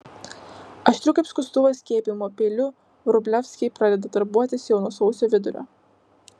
aštriu kaip skustuvas skiepijimo peiliu vrublevskiai pradeda darbuotis jau nuo sausio vidurio